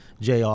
jr